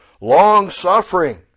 long-suffering